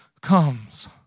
comes